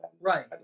right